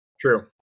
True